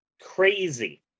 Crazy